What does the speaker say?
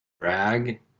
drag